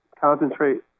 concentrate